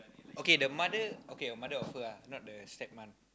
okay the mother okay the mother of her ah not the step-mum